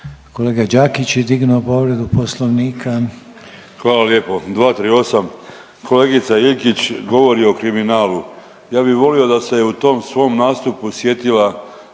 Kolega Đakić je dignuo povredu poslovnika. **Đakić, Josip (HDZ)** Hvala lijepo. 238. kolegica Iljkić govorili o kriminalu, ja bi volio da se u tom svom nastupu sjetila